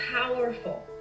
powerful